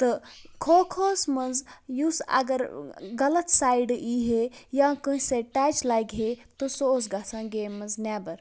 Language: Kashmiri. تہٕ کھوٚ کھوٚ وَس منٛز یُس اگر غلط سایڈِ ییٖہا یا کٲنٛسہِ سۭتۍ ٹَچ لَگہِ ہا تہٕ سُہ اوس گژھان گیمہِ منٛز نٮ۪بر